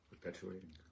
Perpetuating